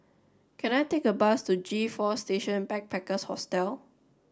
can I take a bus to G four Station Backpackers Hostel